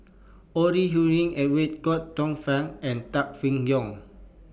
Ore Huiying Edwin Tong Fai and Tan Seng Yong